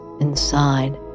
inside